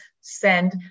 send